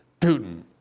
Putin